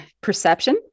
perception